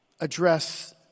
address